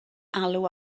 alw